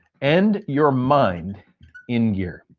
and your mind in gear.